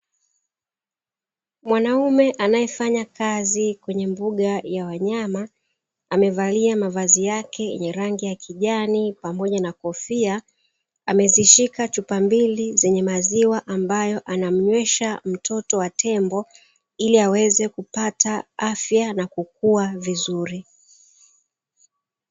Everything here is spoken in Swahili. Mwanaume anayefanya kazi kwenye mbuga ya wanyama, amevalia mavazi yake yenye rangi ya kijani pamoja na kofia, amezishika chupa mbili zenye maziwa ambayo anamnywesha mtoto wa tembo, ili aweze kupata afya na kukua vizuri.